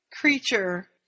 Creature